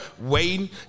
waiting